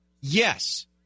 yes